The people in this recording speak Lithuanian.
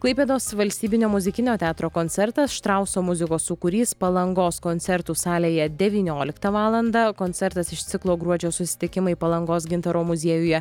klaipėdos valstybinio muzikinio teatro koncertas štrauso muzikos sūkurys palangos koncertų salėje devynioliktą valandą koncertas iš ciklo gruodžio susitikimai palangos gintaro muziejuje